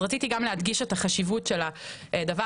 רציתי להדגיש את החשיבות של זה,